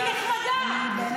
וכל